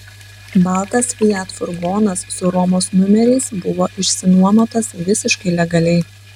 baltas fiat furgonas su romos numeriais buvo išsinuomotas visiškai legaliai